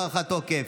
הארכת תוקף),